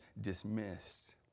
dismissed